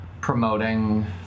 promoting